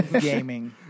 gaming